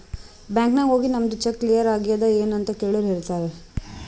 bank ನಾಗ್ ಹೋಗಿ ನಮ್ದು ಚೆಕ್ ಕ್ಲಿಯರ್ ಆಗ್ಯಾದ್ ಎನ್ ಅಂತ್ ಕೆಳುರ್ ಹೇಳ್ತಾರ್